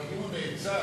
כי אם הוא נעצר,